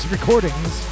Recordings